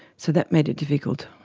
so that made it difficult.